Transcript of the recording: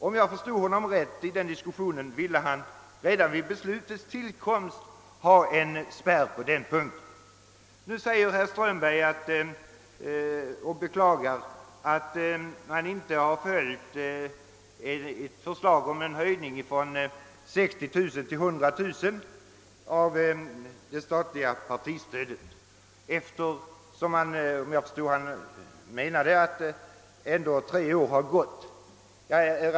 Om jag förstått honom rätt i den diskussionen ville han redan vid beslutets tillkomst ha en spärr på den punkten. Nu beklagar herr Strömberg att utskottet inte har tillstyrkt hans förslag om en höjning av det statliga partistödet från 60 000 till 100 000 kronor. Om jag fattade rätt menade han att en sådan höjning vore motiverad eftersom tre år har gått.